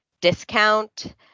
discount